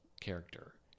character